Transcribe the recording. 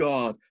God